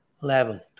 level